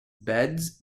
beds